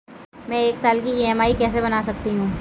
मैं एक साल की ई.एम.आई कैसे बना सकती हूँ?